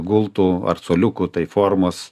gultų ar suoliukų tai formos